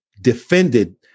defended